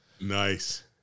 Nice